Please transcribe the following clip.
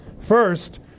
First